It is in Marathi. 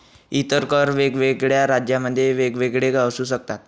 इतर कर वेगवेगळ्या राज्यांमध्ये वेगवेगळे असू शकतात